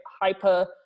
hyper